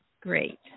great